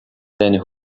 then